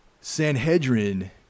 Sanhedrin